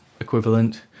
equivalent